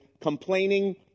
complaining